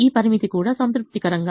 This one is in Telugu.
ఈ పరిమితి కూడా సంతృప్తికరంగా ఉంది